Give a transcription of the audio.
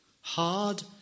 hard